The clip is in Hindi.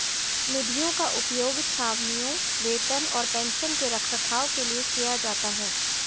निधियों का उपयोग छावनियों, वेतन और पेंशन के रखरखाव के लिए किया जाता है